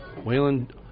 Wayland